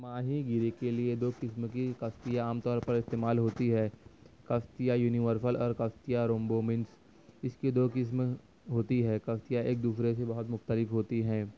ماہی گیری کے لیے دو قسم کی کشتی عام طور پر استعمال ہوتی ہے کشتیہ یونیورسل اور کشتیہ رومبومنس اس کی دو قسمیں ہوتی ہے کشتیاں ایک دوسرے سے بہت مختلف ہوتی ہیں